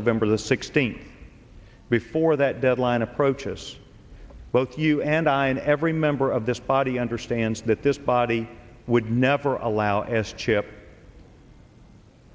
november the sixteenth before that deadline approaches both you and i and every member of this body understands that this body would never allow s chip